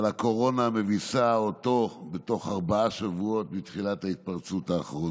אבל הקורונה מביסה אותו בתוך ארבעה שבועות מתחילת ההתפרצות האחרונה.